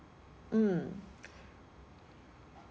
mm